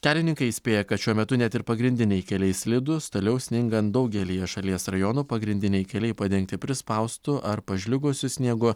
kelininkai įspėja kad šiuo metu net ir pagrindiniai keliai slidūs toliau sningan daugelyje šalies rajonų pagrindiniai keliai padengti prispaustu ar pažliugusiu sniegu